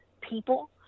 people